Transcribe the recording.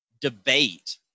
debate